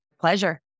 pleasure